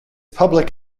public